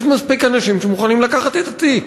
יש מספיק אנשים שמוכנים לקחת את התיק.